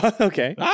Okay